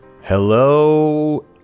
Hello